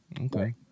Okay